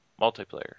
multiplayer